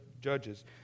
Judges